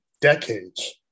decades